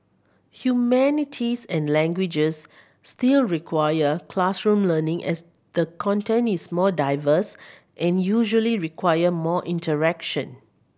humanities and languages still require classroom learning as the content is more diverse and usually require more interaction